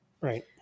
Right